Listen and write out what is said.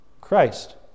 Christ